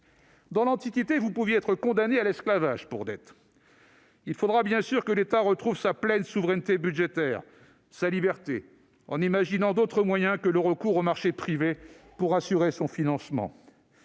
Dans l'Antiquité, on pouvait être condamné à l'esclavage pour dette. Il faudra bien sûr que l'État retrouve sa pleine souveraineté budgétaire, sa liberté, en imaginant d'autres moyens que le recours au marché privé pour assurer son financement.